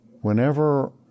whenever